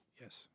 Yes